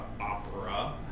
Opera